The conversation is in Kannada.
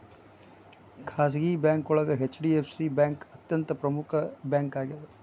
ಖಾಸಗಿ ಬ್ಯಾಂಕೋಳಗ ಹೆಚ್.ಡಿ.ಎಫ್.ಸಿ ಬ್ಯಾಂಕ್ ಅತ್ಯಂತ ಪ್ರಮುಖ್ ಬ್ಯಾಂಕಾಗ್ಯದ